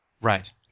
Right